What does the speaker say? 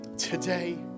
today